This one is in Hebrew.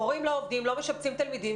מורים לא עובדים, לא משבצים תלמידים.